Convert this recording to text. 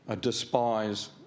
despise